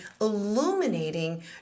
illuminating